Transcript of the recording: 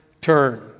turn